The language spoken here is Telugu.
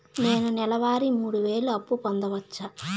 నేను నెల వారి మూడు వేలు అప్పు పొందవచ్చా?